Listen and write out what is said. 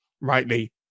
rightly